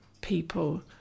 people